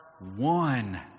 one